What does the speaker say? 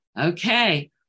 Okay